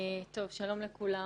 שלום לכולם.